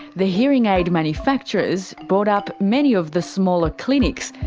the hearing aid manufacturers bought up many of the smaller clinics,